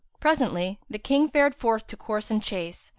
presently, the king fared forth to course and chase,